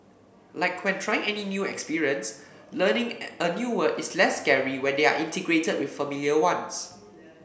like when trying any new experience learning a new word is less scary when they are integrated with familiar ones